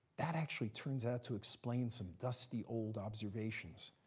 that actually turns out to explain some dusty, old observations.